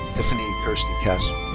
tiffany kirstie castro.